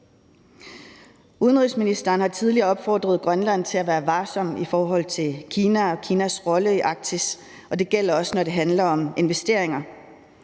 Udenrigsministeren har tidligere opfordret Grønland til at være varsom i forhold til Kina og Kinas rolle i Arktis, og det gælder også, når det handler om investeringer.